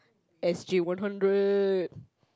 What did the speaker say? S_G one hundred